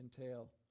entail